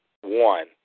one